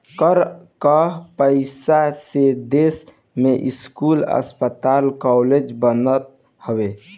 कर कअ पईसा से देस में स्कूल, अस्पताल कालेज बनत हवे